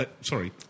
Sorry